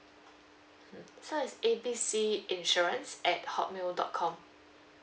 mm so it's A B C insurance at hotmail dot com